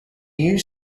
you